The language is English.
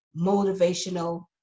motivational